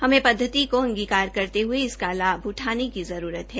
हमें पद्घति को अंगीकार करते हए इसका लाभ उठाने की जरूरत है